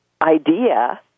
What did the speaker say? idea